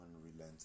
Unrelenting